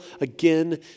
again